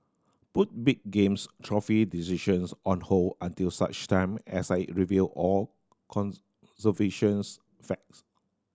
put big games trophy decisions on hold until such time as I review all conservation facts